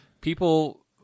people